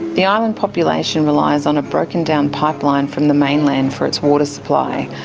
the island population relies on a broken-down pipeline from the mainland for its water supply.